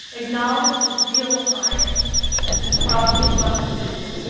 acknowledge the real science and properly fund this issue.